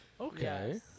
Okay